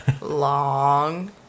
Long